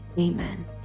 Amen